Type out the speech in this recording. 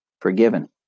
forgiven